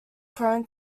prone